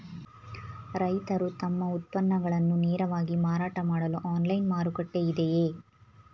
ರೈತರು ತಮ್ಮ ಉತ್ಪನ್ನಗಳನ್ನು ನೇರವಾಗಿ ಮಾರಾಟ ಮಾಡಲು ಆನ್ಲೈನ್ ಮಾರುಕಟ್ಟೆ ಇದೆಯೇ?